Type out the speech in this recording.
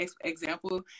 example